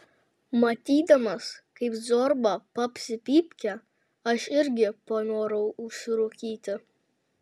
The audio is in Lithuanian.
matydamas kaip zorba papsi pypkę aš irgi panorau užsirūkyti